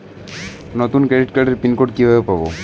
নতুন ক্রেডিট কার্ডের pin code কিভাবে পাব?